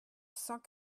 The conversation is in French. cent